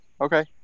Okay